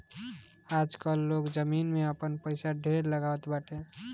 आजकाल लोग जमीन में आपन पईसा ढेर लगावत बाटे